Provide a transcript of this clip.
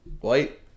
White